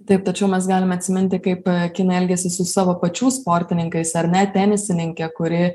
taip tačiau mes galime atsiminti kaip kinai elgėsi su savo pačių sportininkais ar ne tenisininkė kuri